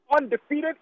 undefeated